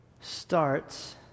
starts